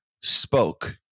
spoke